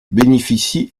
bénéficient